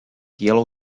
yellow